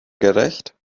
gerecht